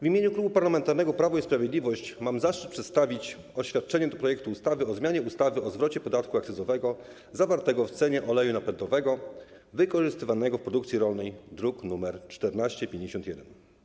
W imieniu Klubu Parlamentarnego Prawo i Sprawiedliwość mam zaszczyt przedstawić oświadczenie w sprawie projektu ustawy o zmianie ustawy o zwrocie podatku akcyzowego zawartego w cenie oleju napędowego wykorzystywanego do produkcji rolnej, druk nr 1451.